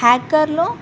హ్యాకర్లో